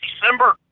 December